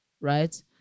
Right